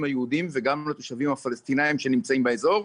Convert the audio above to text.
היהודיים וגם לתושבים הפלסטינאים שנמצאים באזור.